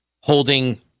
holding